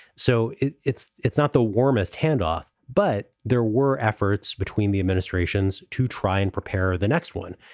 so it's it's it's not the warmest handoff, but there were efforts between the administrations to try and prepare the next one.